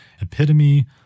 Epitome